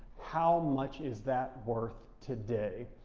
how much is that worth today?